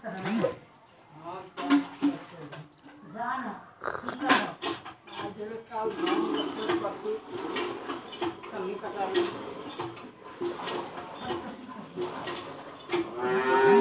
आंत के सुखाय करि के डोरी तैयार करलो जाय छै